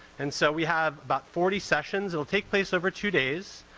and so we have about forty sessions. it'll take place over two days.